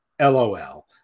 LOL